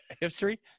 history